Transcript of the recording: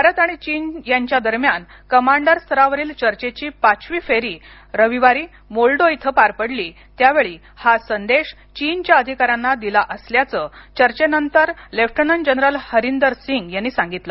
भारत आणि चीन यांच्या दरम्यान कमांडर स्तरावरील चर्चेची पाचवी फेरी रविवारी मोल्डो इथं पार पडली त्यावेळी हा संदेश चीनच्या अधिकाऱ्यांना दिला असल्याचं चर्चेनंतर लेफ्टनंट जनरल हरिंदर सिंग यांनी सांगितलं